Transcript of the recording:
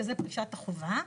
שזה גיל לפרישת החובה,